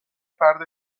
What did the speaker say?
فرد